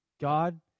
God